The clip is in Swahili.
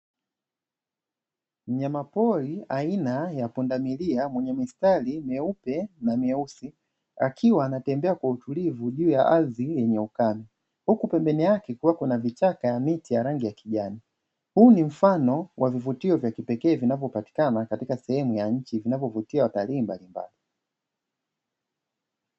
Mnyama pori aina ya pundamilia mwenye mistari mieupe na mieusi akiwa anatembea kwa utulivu juu ya ardhi yenye upana, huku pembeni yake kuna vichaka miti ya rangi ya kijani, huu ni mfano wa vivutio vya kipekee vinavyopatikana katika sehemu ya nchi vinavyovutia watalii mbalimbali.